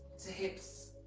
hips,